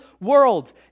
world